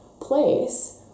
place